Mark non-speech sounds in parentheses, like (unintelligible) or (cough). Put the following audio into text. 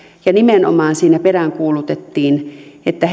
nimenomaan siinä peräänkuulutettiin että (unintelligible)